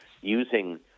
using